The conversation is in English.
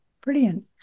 Brilliant